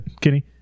Kenny